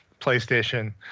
PlayStation